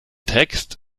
text